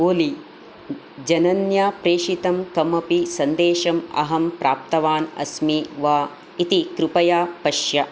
ओलि जनन्या प्रेषितं कमपि सन्देशम् अहं प्राप्तवान् अस्मि वा इति कृपया पश्य